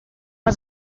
has